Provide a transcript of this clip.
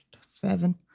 seven